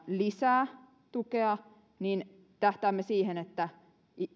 lisää tukea niin tähtäämme siihen että